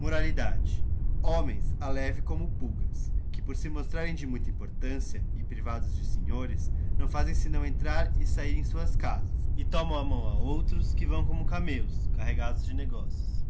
e homens ha leves como pulgas que por se mostrarem de muita importância e privados de senhores não fazem senão entrar e sahir em suas casas e tomão a mão a outros que vão como os camelos carregados de negócios